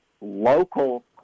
local